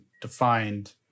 defined